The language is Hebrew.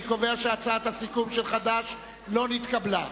אני קובע שהצעת הסיכום של חד"ש לא נתקבלה.